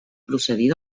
procedir